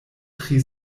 tri